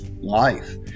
life